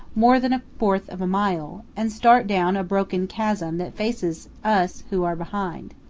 more than a fourth of a mile, and start down a broken chasm that faces us who are behind.